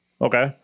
Okay